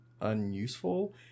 unuseful